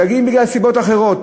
הם מגיעים בגלל סיבות אחרות.